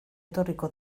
etorriko